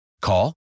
Call